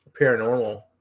paranormal